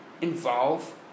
involve